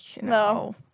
No